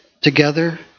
together